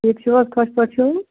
ٹھیٖک چھِو حظ خۄش پٲٹھۍ چھِوٕ